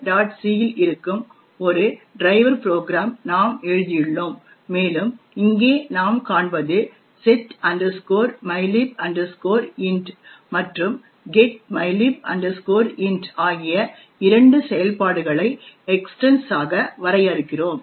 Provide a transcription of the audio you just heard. c இல் இருக்கும் ஒரு டிரைவர் ப்ரோக்ராம் நாம் எழுதியுள்ளோம் மேலும் இங்கே நாம் காண்பது set mylib int மற்றும் getmylib int ஆகிய இரண்டு செயல்பாடுகளை எக்ஸ்டன்ஸ் ஆக வரையறுக்கிறோம்